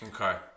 Okay